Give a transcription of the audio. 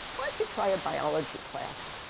why don't you try a biology class,